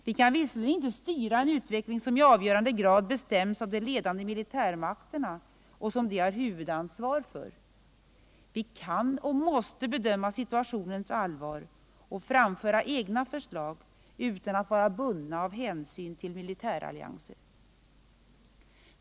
Vi kan visserligen inte styra en utveckling, som i avgörande grad bestäms av de ledande militärmakterna och som de har huvudansvar för. Vi kan och måste bedöma situationens allvar och framföra egna förslag utan att vara bundna av hänsyn till militärallianser.